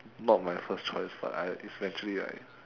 not my first choice but I eventually I